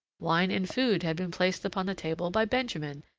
wine and food had been placed upon the table by benjamin,